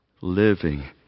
living